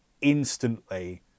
instantly